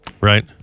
Right